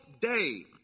day